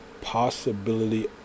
possibility